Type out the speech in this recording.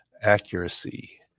accuracy